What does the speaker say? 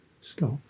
Stop